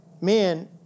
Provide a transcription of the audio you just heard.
man